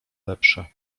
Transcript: lepsze